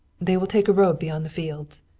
they will take a road beyond the fields.